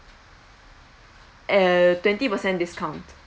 uh twenty percent discount